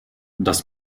das